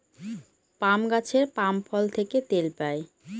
পাম গাছের পাম ফল থেকে তেল পাই